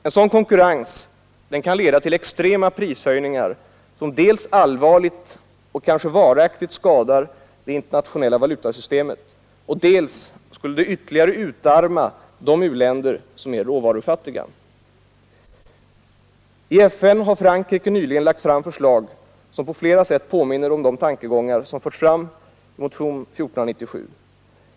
En sådan konkurrens kan leda till extrema prishöjningar, som dels allvarligt och kanske varaktigt skadar det internationella valutasystemet, dels skulle ytterligare utarma de u-länder som är råvarufattiga. I FN har nyligen Frankrike lagt fram förslag som på flera sätt påminner om de tankegångar som förts fram i motionen 1497.